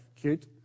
cute